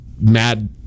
Mad